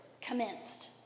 commenced